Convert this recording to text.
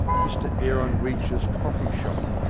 mr aaron weech's coffee-shop,